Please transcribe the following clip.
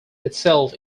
itself